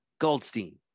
Goldstein